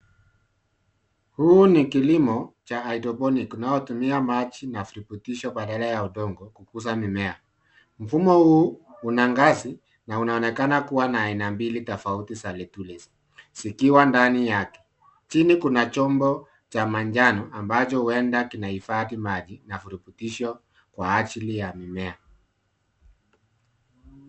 Huu ni kilimo Cha hydroponic unaotumia maji na virutubisho bdaala ya udongo kukuza mimea. Mfumo huu unaaonekana kuwaa na vibandiko mbili za zikiwa ndanii yake. Chini Kuna chombo Cha manjano ambacho huweza kinahifadhi maji na virutubisshokwa ajili ya minea.